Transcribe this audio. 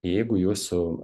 jeigu jūsų